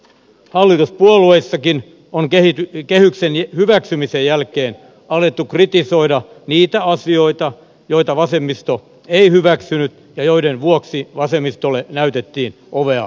hallituspuolueissakin on kehysten hyväksymisen jälkeen alettu kritisoida niitä asioita joita vasemmisto ei hyväksynyt ja joiden vuoksi vasemmistolle näytettiin ovea hallituksesta